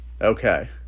Okay